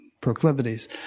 proclivities